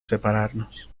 separarnos